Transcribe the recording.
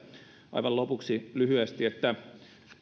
aivan lopuksi lyhyesti että